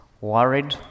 worried